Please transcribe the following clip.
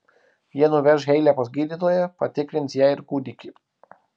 jie nuveš heilę pas gydytoją patikrins ją ir kūdikį